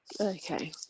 Okay